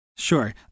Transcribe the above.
Sure